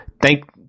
Thank